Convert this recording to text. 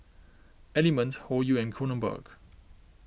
Element Hoyu and Kronenbourg